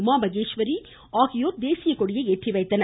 உமாமகேஸ்வரி ஆகியோர் தேசியக்கொடியை ஏற்றிவைத்தனர்